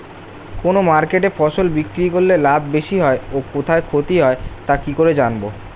কোন মার্কেটে ফসল বিক্রি করলে লাভ বেশি হয় ও কোথায় ক্ষতি হয় তা কি করে জানবো?